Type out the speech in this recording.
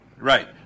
Right